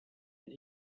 and